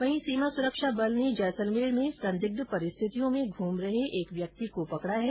वहीं सीमा सुरक्षा बल ने जैसलमेर में संदिग्ध परिस्थितियों में घूम रहे एक व्यक्ति को भी पकड़ा है